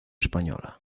española